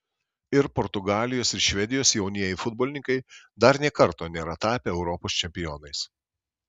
ir portugalijos ir švedijos jaunieji futbolininkai dar nė karto nėra tapę europos čempionais